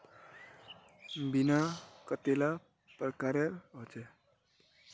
बीमा कतेला प्रकारेर होचे?